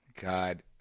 God